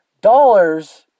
dollars